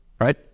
right